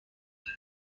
چرمی